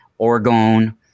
orgone